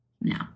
No